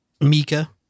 Mika